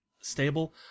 stable